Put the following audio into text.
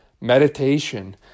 meditation